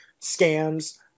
scams